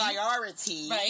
Priority